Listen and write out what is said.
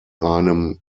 einem